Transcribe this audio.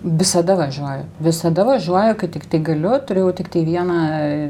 visada važiuoju visada važiuoju kai tiktai galiu turėjau tiktai vieną